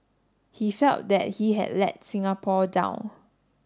he felt that he had let Singapore down